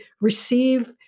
receive